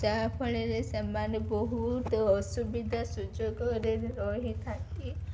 ଯାହାଫଳରେ ସେମାନେ ବହୁତ ଅସୁବିଧା ସୁଯୋଗରେ ରହିଥାନ୍ତି